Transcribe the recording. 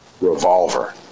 revolver